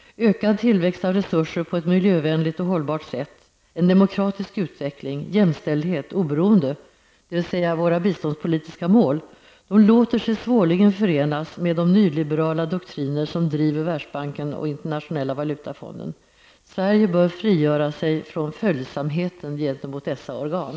Ökad tillväxt av resurser på ett miljövänligt och hållbart sätt, en demokratisk utveckling, jämställdhet och oberoende som är våra biståndspolitiska mål låter sig svårligen förenas med de nyliberala doktriner som driver Sverige bör frigöra sig från följsamheten gentemot dessa organ.